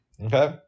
okay